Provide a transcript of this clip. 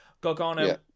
Gargano